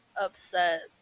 upset